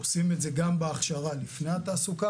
אנחנו עושים את זה גם בהכשרה לפני התעסוקה